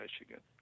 Michigan